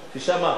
6. 6 מה?